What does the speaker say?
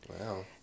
Wow